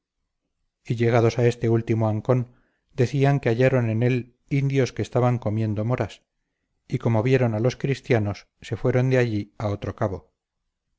y llegados a este último ancón decían que hallaron en él indios que estaban comiendo moras y como vieron a los cristianos se fueron de allí a otro cabo